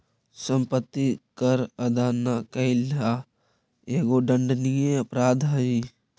सम्पत्ति कर अदा न कैला एगो दण्डनीय अपराध हई